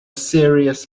serious